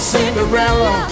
Cinderella